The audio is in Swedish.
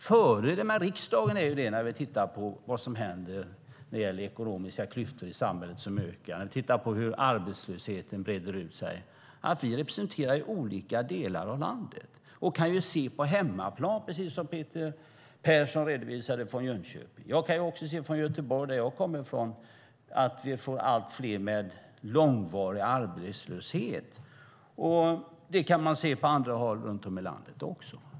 Fördelen med riksdagen - när vi tittar på vad som händer när det gäller ekonomiska klyftor i samhället som ökar och när vi tittar på hur arbetslösheten breder ut sig - är att vi representerar olika delar av landet och kan se hur det är på hemmaplan, precis som Peter Persson redovisade från Jönköping. Jag kan också från Göteborg, som jag kommer från, se att vi får allt fler som är långvarigt arbetslösa. Det kan man se också på andra håll runt om i landet.